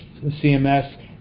CMS